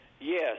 Yes